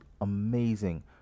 amazing